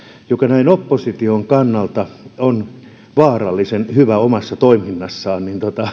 joka näin opposition kannalta on vaarallisen hyvä omassa toiminnassaan